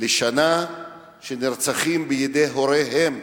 בשנה שנרצחים בידי הוריהם.